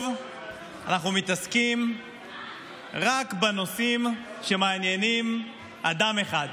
ושוב אנחנו מתעסקים רק בנושאים שמעניינים אדם אחד.